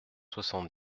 soixante